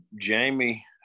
jamie